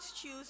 choose